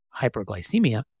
hyperglycemia